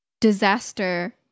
disaster